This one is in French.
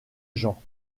jean